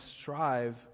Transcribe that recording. strive